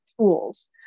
tools